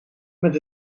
met